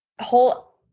whole